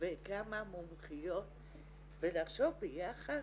וכמה מומחיות ולחשוב ביחד